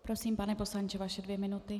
Prosím, pane poslanče, vaše dvě minuty.